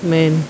man